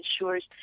ensures